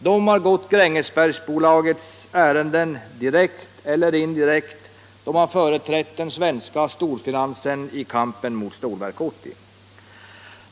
De har gått Grängesbergsbolagets ärenden direkt eller indirekt, de har företrätt den svenska storfinansen i kampen mot Stålverk 80.